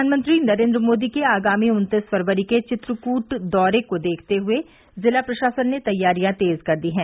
प्रधानमंत्री नरेंद्र मोदी के आगामी उन्तीस फरवरी के चित्रकूट दौरे को देखते हुए जिला प्रशासन ने तैयारियां तेज कर दी हैं